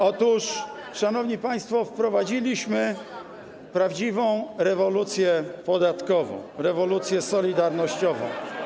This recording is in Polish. Otóż, szanowani państwo, wprowadziliśmy prawdziwą rewolucję podatkową, rewolucję solidarnościową.